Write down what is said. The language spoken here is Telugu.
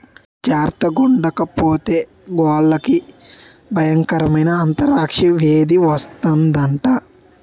జార్తగుండకపోతే గొడ్లకి బయంకరమైన ఆంతరాక్స్ వేది వస్తందట